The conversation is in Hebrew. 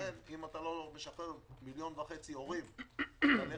אם אתה לא משחרר מיליון וחצי הורים לעבוד,